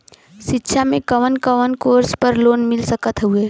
शिक्षा मे कवन कवन कोर्स पर लोन मिल सकत हउवे?